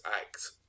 act